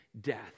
death